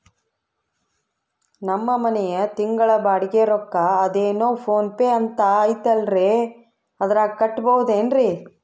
ನಮ್ಮ ಮನೆಯ ತಿಂಗಳ ಬಾಡಿಗೆ ರೊಕ್ಕ ಅದೇನೋ ಪೋನ್ ಪೇ ಅಂತಾ ಐತಲ್ರೇ ಅದರಾಗ ಕಟ್ಟಬಹುದೇನ್ರಿ?